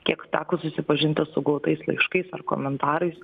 kiek teko susipažinti su gautais laiškais ar komentarais